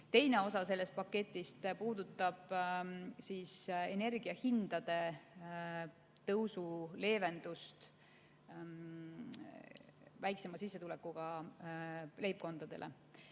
Teine osa sellest paketist peab silmas energiahindade tõusu leevendust väiksema sissetulekuga leibkondadele.